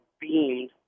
beamed